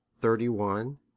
thirty-one